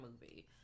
movie